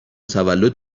تولد